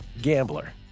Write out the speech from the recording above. gambler